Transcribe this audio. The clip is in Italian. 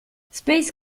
space